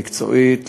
מקצועית,